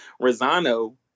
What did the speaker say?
Rosano